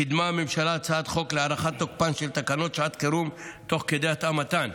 קידמה הממשלה הצעת חוק להארכת תוקפן של תקנות שעת חירום תוך כדי התאמתן.